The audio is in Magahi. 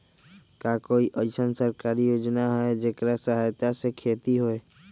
का कोई अईसन सरकारी योजना है जेकरा सहायता से खेती होय?